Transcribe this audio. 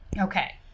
Okay